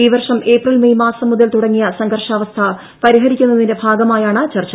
ഈ വർഷം April May മാസം ് മുതർ തുടങ്ങിയ സംഘർഷാവസ്ഥ പരിഹരിക്കുന്നതിന്റെ ഭാഗമായാണ് ചർച്ച